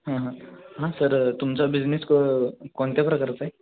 हां हां हां सर तुमचा बिझनेस क कोणत्या प्रकारचा आहे